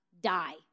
die